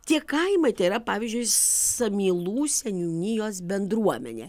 tie kaimai tai yra pavyzdžiui samylų seniūnijos bendruomenė